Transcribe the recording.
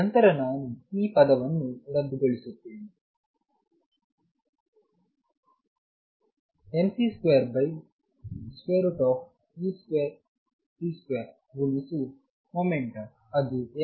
mc21 v2c21h ಗುಣಿಸು momentum ಅದು hmv1 v2c2